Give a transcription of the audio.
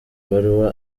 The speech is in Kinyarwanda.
ibaruwa